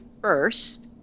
first